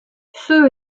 ceux